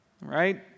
Right